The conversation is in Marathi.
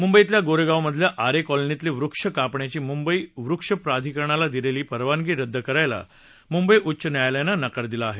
मुंबईतल्या गोरेगावमधील आरे कॉलनीतले वृक्ष कापण्याची मुंबई वृक्ष प्राधिकरणाला दिलेली परवानगी रद्द करायला मुंबई उच्च न्यायालयानं नकार दिला आहे